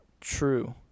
true